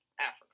Africa